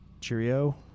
cheerio